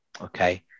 Okay